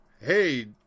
hey